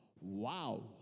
Wow